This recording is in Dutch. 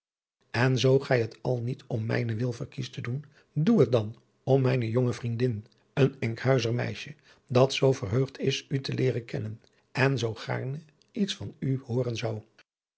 en zoo gij het al niet om mijnen wil verkiest te doen doe het dan om mijne jonge vriendin een enkhuizer meisje dat zoo verheugd is u te leeren kennen en zoo gaarne iets van u hooren zou